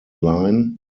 line